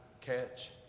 catch